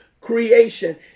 creation